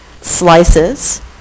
slices